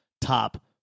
top